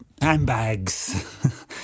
handbags